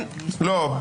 אין התייחסות לבית המשפט.